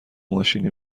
ماشینی